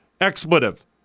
expletive